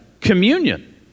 communion